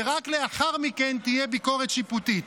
ורק לאחר מכן תהיה ביקורת שיפוטית,